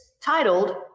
titled